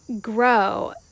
grow